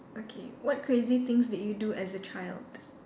okay what crazy things did you do as a child